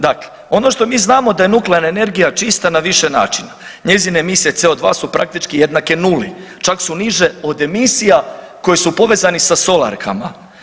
Dakle, ono što mi znamo da je nuklearna energija čista na više načina, njezine emisije CO2 su praktički jednake nuli, čak su niže od emisija koje su povezani sa solarkama.